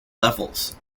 levels